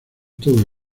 todo